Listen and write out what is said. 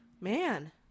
Man